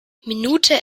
minute